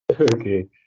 okay